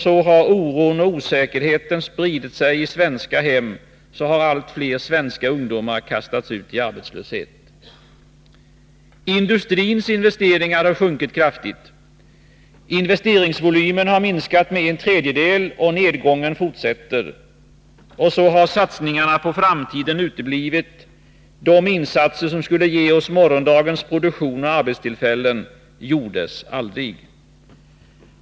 Så har oron och osäkerheten spridit sig i svenska hem. Så har allt fler svenska ungdomar kastats ut i arbetslöshet. Industrins investeringar har sjunkit kraftigt. Investeringsvolymen har minskat med en tredjedel, och nedgången fortsätter. Så har satsningarna på framtiden uteblivit; de insatser som skulle ge oss morgondagens produktion och arbetstillfällen gjordes aldrig.